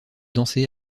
danser